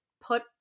put